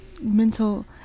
mental